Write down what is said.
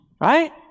Right